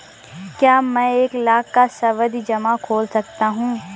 क्या मैं एक लाख का सावधि जमा खोल सकता हूँ?